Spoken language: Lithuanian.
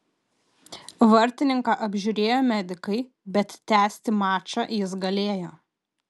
vartininką apžiūrėjo medikai bet tęsti mačą jis galėjo